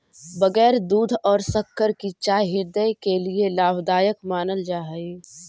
बगैर दूध और शक्कर की चाय हृदय के लिए लाभदायक मानल जा हई